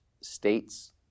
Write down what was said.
states